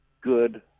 good